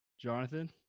Jonathan